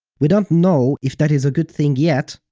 we don't know if that is a good thing yet,